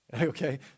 Okay